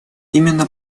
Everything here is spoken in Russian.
именно